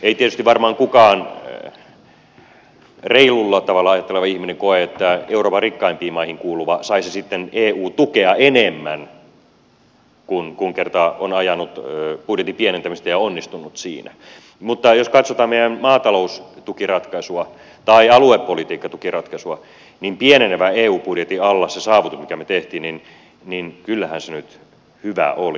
ei tietysti varmaan kukaan reilulla tavalla ajatteleva ihminen koe että euroopan rikkaimpiin maihin kuuluva saisi sitten eu tukea enemmän kun kerran on ajanut budjetin pienentämistä ja onnistunut siinä mutta jos katsotaan meidän maataloustukiratkaisuamme tai aluepolitiikkatukiratkaisuamme niin kyllähän nyt pienenevän eu budjetin alla se saavutus minkä me teimme hyvä oli